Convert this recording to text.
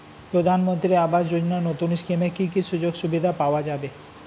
প্রধানমন্ত্রী আবাস যোজনা নতুন স্কিমে কি কি সুযোগ সুবিধা পাওয়া যাবে?